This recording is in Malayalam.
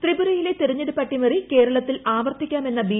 ത്രിപുരയ്യിലെ തിരഞ്ഞെടുപ്പ് അട്ടിമറി കേരളത്തിൽ ആവർത്തിക്കാമെന്ന ബീ